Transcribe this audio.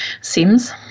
seems